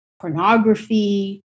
pornography